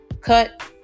cut